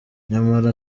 nyamara